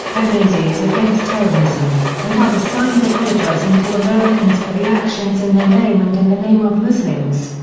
benghazi is against terrorism, and other signs apologizing to americans for the actions in their name and in the name of muslims.